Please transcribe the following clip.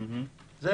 זה